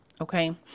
Okay